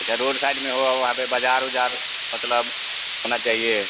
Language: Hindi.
अच्छा रोड साइड में हो हो वहाँ पर बाज़ार ओजार मतलब होना चाहिए